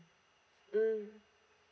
mm